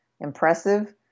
impressive